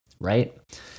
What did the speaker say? right